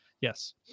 Yes